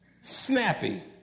snappy